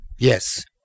Yes